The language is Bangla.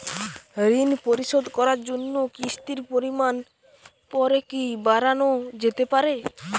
ঋন পরিশোধ করার জন্য কিসতির পরিমান পরে কি বারানো যেতে পারে?